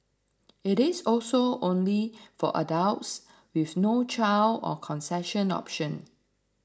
it is also only for adults with no child or concession option